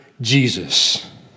Jesus